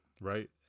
right